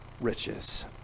riches